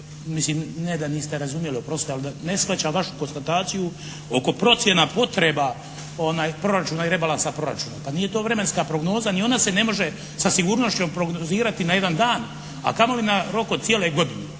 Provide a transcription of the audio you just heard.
mislim ne da niste razumjeli oprostite, ali da ne shvaćam vašu konstataciju oko procjena potreba proračuna i rebalansa proračuna. Pa nije to vremenska prognoza. Ni ona se ne može sa sigurnošću prognozirati na jedan dan a kamoli na rok od cijele godine.